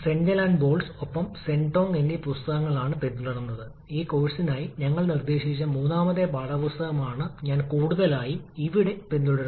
ആദ്യം ഒരു LP compression ഘട്ടമാണ് തുടർന്ന് അതിന്റെ താപനില ഇന്റർകൂളറിൽ കുറയ്ക്കുന്നു തുടർന്ന് അത് എച്ച്പി കംപ്രഷൻ ഘട്ടത്തിലേക്ക് പോകുന്നു തുടർന്ന് അത് ജ്വലന അറയിലേക്ക് പോകുന്നു